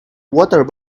water